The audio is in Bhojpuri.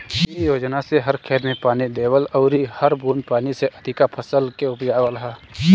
इ योजना से हर खेत में पानी देवल अउरी हर बूंद पानी से अधिका फसल के उपजावल ह